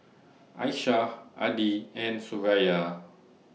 Aisyah Adi and Suraya